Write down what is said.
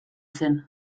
zen